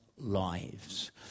lives